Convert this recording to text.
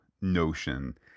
notion